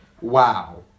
wow